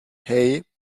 hei